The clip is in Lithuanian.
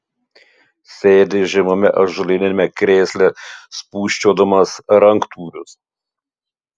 sėdi žemame ąžuoliniame krėsle spūsčiodamas ranktūrius